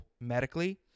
medically